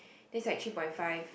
that's like three point five